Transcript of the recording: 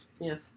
Yes